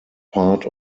part